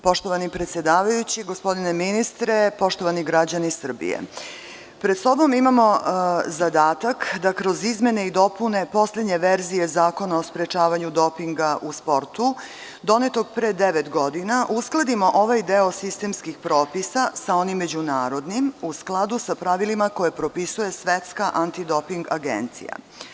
Poštovani predsedavajući, gospodine ministre, poštovani građani Srbije, pred sobom imamo zadatak da kroz izmene i dopune poslednje verzije Zakona o sprečavanju dopinga u sportu, donetog pre devet godina, uskladimo ovaj deo sistemskih propisa sa onim međunarodnim, u skladu sa pravilima koje propisuje Svetska antidoping agencija.